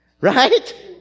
right